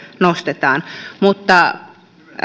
nostetaan mutta